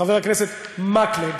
חבר הכנסת מקלב.